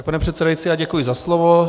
Pane předsedající, děkuji za slovo.